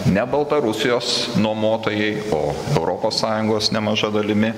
ne baltarusijos nuomotojai o europos sąjungos nemaža dalimi